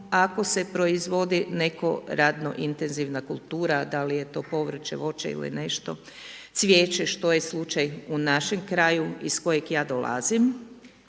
ako se proizvodi neko radno intenzivna kultura, da li je to povrće, voće ili nešto, cvijeće što je slučaj u našem kraju iz kojeg ja dolazim.